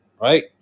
right